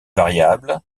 variable